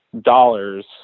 dollars